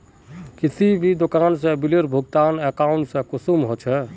किसी भी दुकान में बिलेर भुगतान अकाउंट से कुंसम होचे?